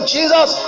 Jesus